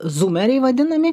zūmeriai vadinami